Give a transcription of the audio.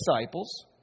disciples